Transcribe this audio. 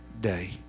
day